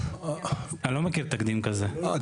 אני לא מכיר תקדים כזה,